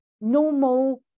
normal